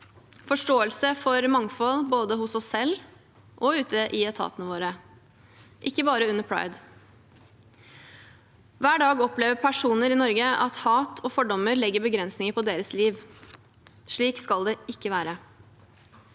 forståelse for mangfold både hos oss selv og ute i etatene våre – ikke bare under pride. Hver dag opplever personer i Norge at hat og fordommer legger begrensninger på deres liv. Slik skal det ikke være.